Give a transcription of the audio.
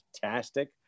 fantastic